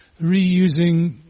reusing